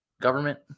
government